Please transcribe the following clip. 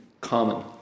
common